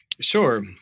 Sure